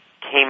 came